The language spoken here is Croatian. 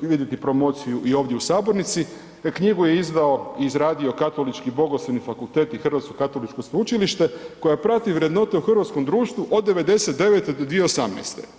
vidjeti promociju i ovdje u sabornici, knjigu je izdao i izradio Katolički bogoslovni fakultet i Hrvatsko katoličko sveučilište koja prati vrednote u hrvatskom društvu od 1999. do 2018.